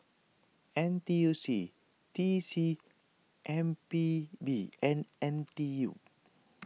N T U C T C M P B and N T U